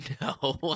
No